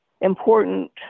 important